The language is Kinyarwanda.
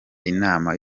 inama